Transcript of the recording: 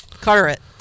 Carteret